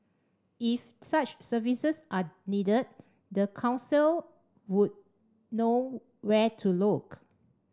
if such services are needed the council would know where to look